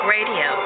Radio